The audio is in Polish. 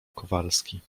kowalski